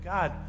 God